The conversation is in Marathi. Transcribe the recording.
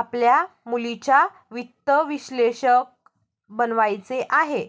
आपल्या मुलीला वित्त विश्लेषक बनवायचे आहे